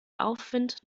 aufwind